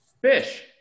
Fish